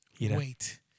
wait